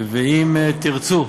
ואם תרצו,